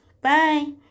bye